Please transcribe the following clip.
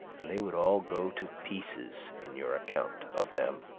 and they would all go to pieces in your account of them.